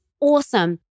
awesome